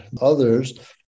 others